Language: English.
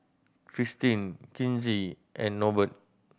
Kristine Kinsey and Norbert